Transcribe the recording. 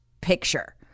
picture